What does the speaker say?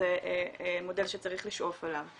שזה מודל שצריך לשאוף אליו.